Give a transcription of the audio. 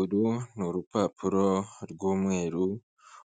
Uru ni urupapuro rw'umweru,